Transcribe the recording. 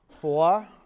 Four